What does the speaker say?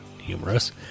humorous